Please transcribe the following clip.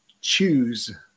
choose